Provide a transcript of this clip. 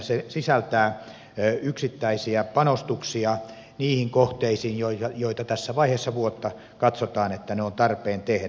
se sisältää yksittäisiä panostuksia niihin kohteisiin joista tässä vaiheessa vuotta katsotaan että ne on tarpeen tehdä